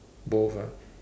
both ah